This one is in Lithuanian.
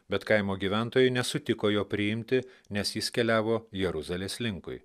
bet kaimo gyventojai nesutiko jo priimti nes jis keliavo jeruzalės linkui